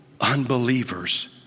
unbelievers